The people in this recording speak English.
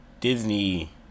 Disney